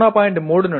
3 முதல் 0